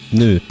nu